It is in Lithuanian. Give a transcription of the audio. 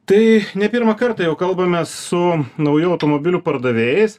tai ne pirmą kartą jau kalbamės su naujų automobilių pardavėjais